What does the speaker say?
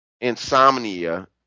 insomnia